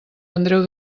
andreu